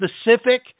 specific